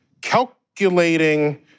calculating